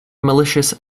malicious